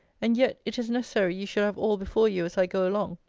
and yet it is necessary you should have all before you as i go along,